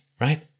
right